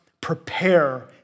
prepare